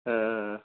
ஆ ஆ ஆ